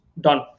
Done